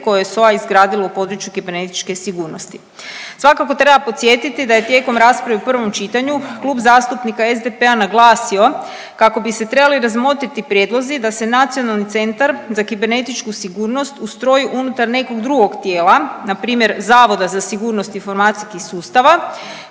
koje je SOA izgradila u području kibernetičke sigurnosti. Svakako treba podsjetiti da je tijekom rasprave u prvom čitanju Klub zastupnika SDP-a naglasio kako bi se trebali razmotriti prijedlozi da se nacionalni centar za kibernetičku sigurnost ustroji unutar nekoga drugog tijela, npr. Zavoda za sigurnost informacijskih sustava